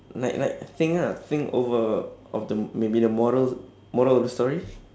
like like think ah think over of the maybe the moral moral of the story